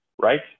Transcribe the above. right